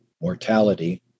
mortality